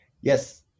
Yes